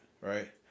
right